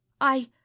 I